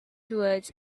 towards